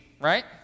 right